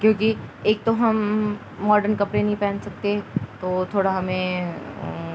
کیونکہ ایک تو ہم ماڈرن کپڑے نہیں پہن سکتے تو تھوڑا ہمیں